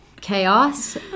chaos